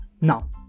Now